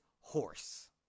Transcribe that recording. horse